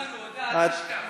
נחמן, הוא הודה, אל תשכח.